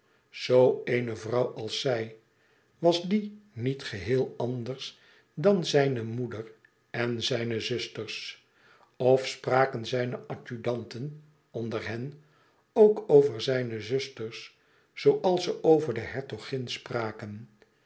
zoo eene vrouw als zij was die niet geheel anders dan zijne moeder en zijne zusters of spraken zijne adjudanten onder hen ook over zijne zusters zooals ze over de hertogin spraken